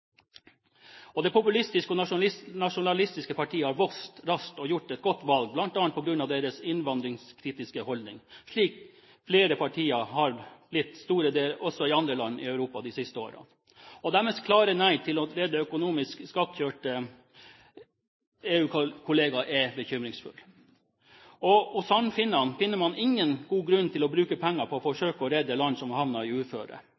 Det populistiske og nasjonalistiske partiet har vokst raskt og har gjort et godt valg, bl.a. på grunn av sin innvandringskritiske holdning, slik flere partier har blitt store også i andre land i Europa de siste årene. Deres klare nei til å redde økonomisk skakkjørte EU-kollegaer er bekymringsfullt. Sannfinnene ser ingen god grunn til å bruke penger på å forsøke å redde land som har havnet i et uføre.